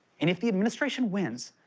and if the administration wins,